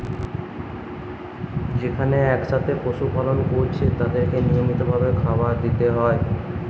যেখানে একসাথে পশু পালন কোরছে তাদেরকে নিয়মিত ভাবে খাবার দিতে হয়